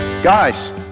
guys